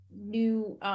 new